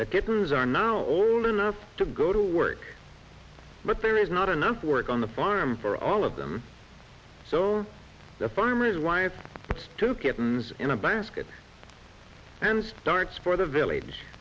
that kittens are now old enough to go to work but there is not enough work on the farm for all of them so the farmer's wife gets two kittens in a basket and starts for the village